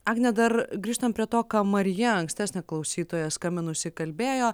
agne dar grįžtam prie to ką marija ankstesnė klausytoja skambinusi kalbėjo